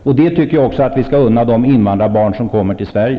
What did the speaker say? Och det tycker jag också att vi skall unna de invandrarbarn som kommer till Sverige.